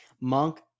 Monk